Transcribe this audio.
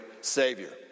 Savior